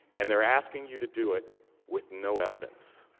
and they are asking you to do it with no evidence.